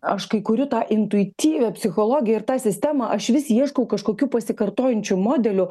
aš kai kuriu tą intuityvią psichologiją ir tą sistemą aš vis ieškau kažkokių pasikartojančių modelių